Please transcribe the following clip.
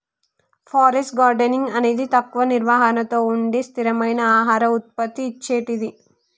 forest gardening అనేది తక్కువ నిర్వహణతో ఉండే స్థిరమైన ఆహార ఉత్పత్తి ఇచ్చేటిది